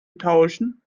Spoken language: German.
tauschen